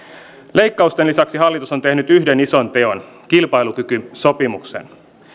leikkausten lisäksi hallitus on tehnyt yhden ison teon kilpailukykysopimuksen